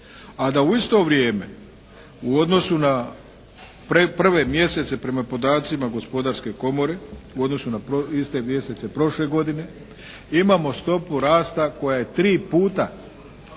a da u isto vrijeme u odnosu na prve mjesece prema podacima Gospodarske komore u odnosu na iste mjesece prošle godine imamo stopu rasta koja je tri puta